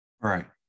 right